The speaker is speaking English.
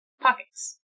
pockets